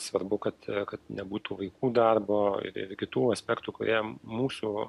svarbu kad kad nebūtų vaikų darbo ir ir kitų aspektų kuriems mūsų